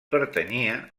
pertanyia